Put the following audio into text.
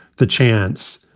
the chants,